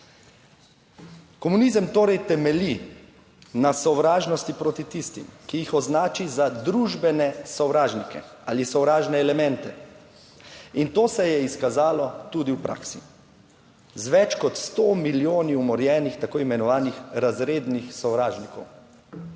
Komunizem torej temelji na sovražnosti proti tistim, ki jih označi za družbene sovražnike ali sovražne elemente, in to se je izkazalo tudi v praksi z več kot sto milijoni umorjenih tako imenovanih razrednih 58.